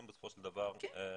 הם בסופו של דבר --- כן,